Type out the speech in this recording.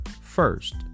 First